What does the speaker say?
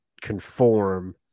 conform